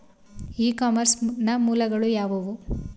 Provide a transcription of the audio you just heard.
E commerce ನ ಮೂಲಗಳು ಯಾವುವು?